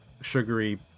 sugary